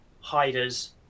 hiders